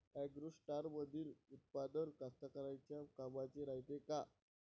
ॲग्रोस्टारमंदील उत्पादन कास्तकाराइच्या कामाचे रायते का?